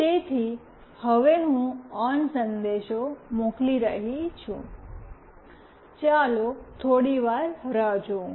તેથી હવે હું ઓન સંદેશ મોકલી રહ્યો છું ચાલો થોડીવાર રાહ જોઉં